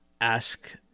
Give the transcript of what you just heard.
ask